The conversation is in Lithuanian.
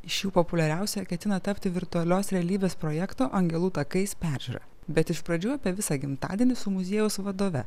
iš jų populiariausia ketina tapti virtualios realybės projekto angelų takais peržiūra bet iš pradžių apie visą gimtadienį su muziejaus vadove